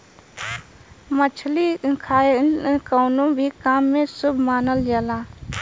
मछरी खाईल कवनो भी काम में शुभ मानल जाला